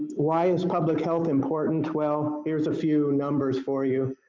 why is public health important? well, here's a few numbers for you.